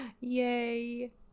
Yay